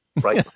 Right